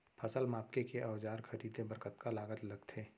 फसल मापके के औज़ार खरीदे बर कतका लागत लगथे?